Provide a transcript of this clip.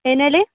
ಏನು ಹೇಳಿ